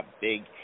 big